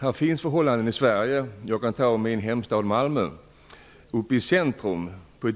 det finns missförhållanden här i Sverige. Jag kan nämna min hemstad Malmö som exempel.